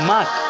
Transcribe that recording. Mark